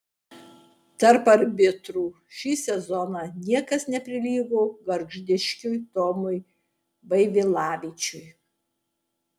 tarp arbitrų šį sezoną niekas neprilygo gargždiškiui tomui vaivilavičiui